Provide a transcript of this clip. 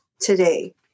today